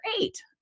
Eight